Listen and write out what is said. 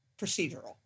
procedural